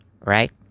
right